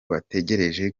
bategereje